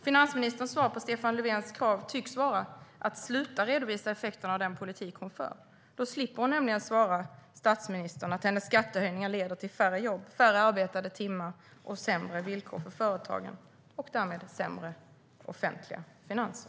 Finansministerns svar på Stefan Löfvens krav tycks vara att sluta redovisa effekterna av den politik hon för. Då slipper hon nämligen svara statsministern att hennes skattehöjningar leder till färre jobb, färre arbetade timmar, sämre villkor för företagen och därmed sämre offentliga finanser.